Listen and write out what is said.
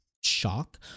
shock